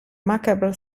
macabra